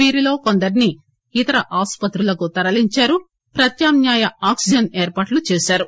వీరిలో కొందరిని ఇతర ఆసుపత్రులకు తరలించారు పత్యామ్నాయ ఆక్పిజన్ ఏర్పాట్లు చేశారు